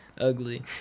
ugly